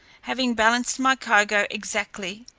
having balanced my cargo exactly,